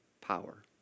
power